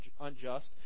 unjust